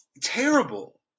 terrible